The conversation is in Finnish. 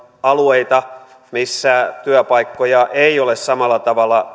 alueita missä työpaikkoja ei ole tarjolla samalla tavalla